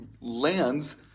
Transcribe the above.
lands